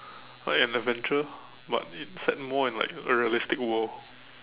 like an adventure but it's set more in like a realistic world